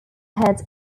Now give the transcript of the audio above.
heads